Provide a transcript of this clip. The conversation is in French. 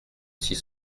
six